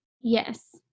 Yes